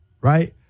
right